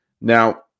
now